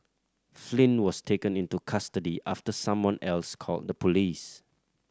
Flynn was taken into custody after someone else called the police